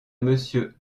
monsieur